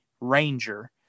ranger